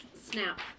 snap